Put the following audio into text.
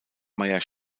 meier